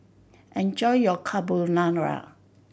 enjoy your Carbonara